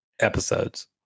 episodes